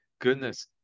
goodness